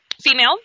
female